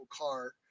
car